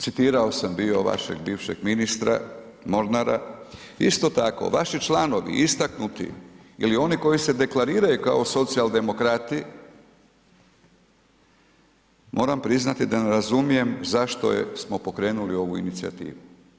Citirao sam bio vašeg bivšeg ministra Mornara, isto tako vaši članovi istaknuti ili oni koji se deklariraju kao socijaldemokrati moram priznati da ne razumijem zašto smo pokrenuli ovu inicijativu.